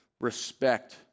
respect